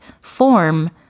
form